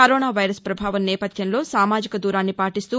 corona virus ప్రభావం నేపథ్యంలో సామాజిక దూరాన్ని పాటిస్తూ